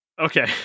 Okay